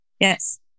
Yes